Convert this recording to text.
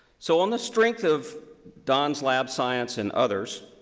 so on the strength of don's lab science and others,